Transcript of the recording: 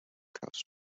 coast